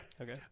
okay